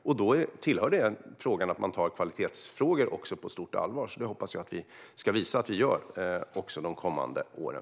Då hör det till att man också tar kvalitetsfrågan på stort allvar, så det hoppas jag att vi ska visa att vi gör också under de kommande åren.